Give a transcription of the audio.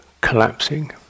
collapsing